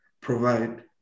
provide